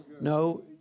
No